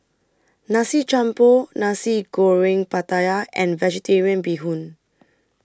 Nasi Campur Nasi Goreng Pattaya and Vegetarian Bee Hoon